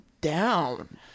down